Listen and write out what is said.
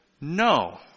no